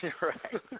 Right